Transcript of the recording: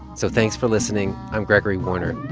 so thanks for listening. i'm gregory warner,